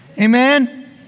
Amen